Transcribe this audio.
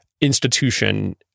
institution